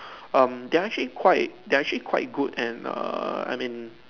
um they are actually quite they are actually quite good and err I mean